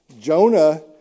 Jonah